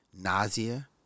Nausea